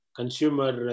Consumer